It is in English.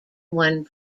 one